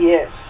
Yes